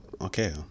okay